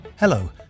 Hello